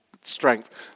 strength